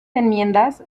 enmiendas